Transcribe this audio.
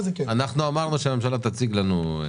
אמרנו שהממשלה תציג לנו.